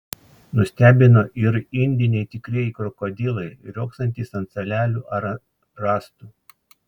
nustebino ir indiniai tikrieji krokodilai riogsantys ant salelių ar rąstų